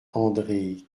andré